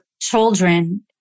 children